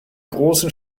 großen